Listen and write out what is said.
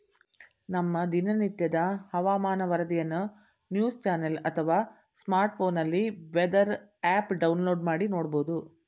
ನಮ್ಮ ದಿನನಿತ್ಯದ ಹವಾಮಾನ ವರದಿಯನ್ನು ನ್ಯೂಸ್ ಚಾನೆಲ್ ಅಥವಾ ಸ್ಮಾರ್ಟ್ಫೋನ್ನಲ್ಲಿ ವೆದರ್ ಆಪ್ ಡೌನ್ಲೋಡ್ ಮಾಡಿ ನೋಡ್ಬೋದು